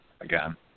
again